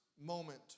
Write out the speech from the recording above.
moment